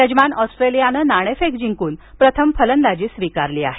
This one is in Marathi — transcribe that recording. यजमान ऑस्ट्रेलियानं नाणेफेक जिंकून प्रथम फलंदाजी स्वीकारली आहे